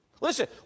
Listen